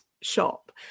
shop